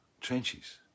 trenches